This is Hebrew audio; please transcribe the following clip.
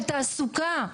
על תעסוקה,